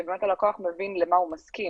שבאמת הלקוח מבין למה הוא מסכים.